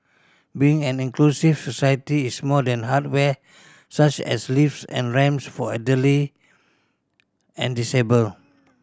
being an inclusive society is more than hardware such as lifts and ramps for elderly and disabled